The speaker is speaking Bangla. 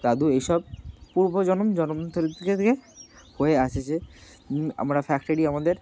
দাদু এই সব পূর্ব জন্ম জন্ম থেকে থেকে হয়ে আসছে আমরা ফ্যাক্টরি আমাদের